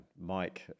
mike